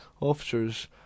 officers